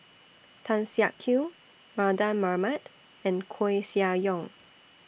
Tan Siak Kew Mardan Mamat and Koeh Sia Yong